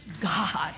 God